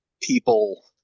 people